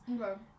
Okay